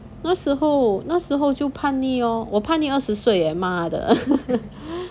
那时候那时候就叛逆咯我叛逆二十岁 leh 妈的